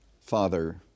Father